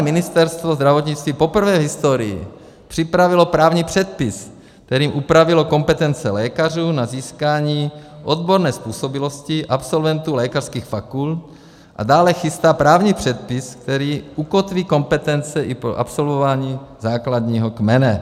Ministerstvo zdravotnictví poprvé v historii připravilo právní předpis, kterým upravilo kompetence lékařů na získání odborné způsobilosti absolventů lékařských fakult, a dále chystá právní předpis, který ukotví kompetence i po absolvování základního kmene.